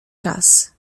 czas